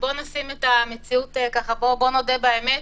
ובוא נשים את המציאות ונודה באמת,